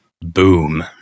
boom